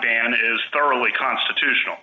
dan is thoroughly constitutional